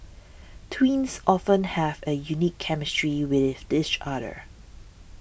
twins often have a unique chemistry with each other